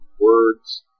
words